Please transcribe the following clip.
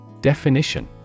Definition